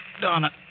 Donna